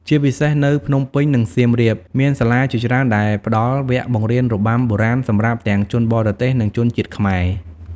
ជាពិសេសនៅ ភ្នំពេញ និងសៀមរាប មានសាលាជាច្រើនដែលផ្ដល់វគ្គបង្រៀនរបាំបុរាណសម្រាប់ទាំងជនបរទេស និងជនជាតិខ្មែរ។